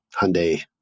Hyundai